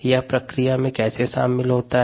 यह प्रक्रिया में कैसे शामिल होता है